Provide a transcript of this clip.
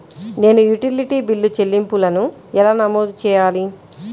నేను utility bill చెల్లింపులను ఎలా నమోదు చేయాలి?